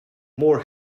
more